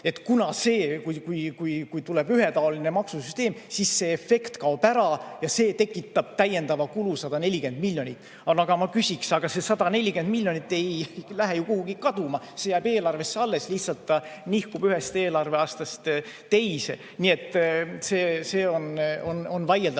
aastal. Kui tuleb ühetaoline maksusüsteem, siis see efekt kaob ära ja see tekitab täiendava kulu 140 miljonit. Ma küsin: aga see 140 miljonit ei lähe ju kuhugi kaduma, see jääb eelarvesse alles, ta lihtsalt nihkub ühest eelarveaastast teise. Nii et see on vaieldav.